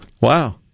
Wow